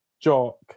Jock